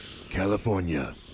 California